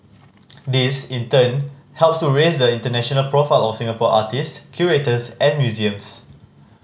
this in turn helps to raise the international profile of Singapore artist curators and museums